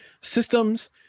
systems